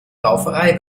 rauferei